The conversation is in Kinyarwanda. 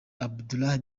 abdullah